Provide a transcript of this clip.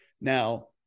Now